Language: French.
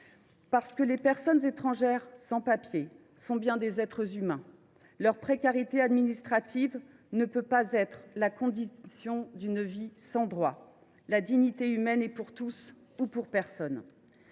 Parce que les personnes étrangères sans papiers sont des êtres humains, leur précarité administrative ne peut pas justifier une vie sans droits. La dignité humaine est pour tous ou pour personne.